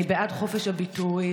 אני בעד חופש הביטוי,